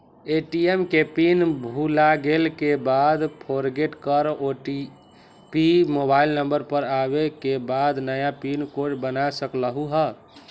ATM के pin भुलागेल के बाद फोरगेट कर ओ.टी.पी मोबाइल नंबर पर आवे के बाद नया पिन कोड बना सकलहु ह?